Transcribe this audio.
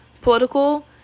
political